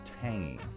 tangy